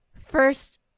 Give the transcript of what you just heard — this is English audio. First